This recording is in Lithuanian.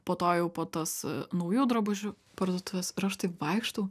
po to jau po tas naujų drabužių parduotuves ir aš taip vaikštau